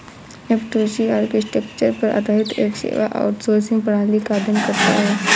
F two C architecture पर आधारित एक सेवा आउटसोर्सिंग प्रणाली का अध्ययन करता है